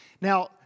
Now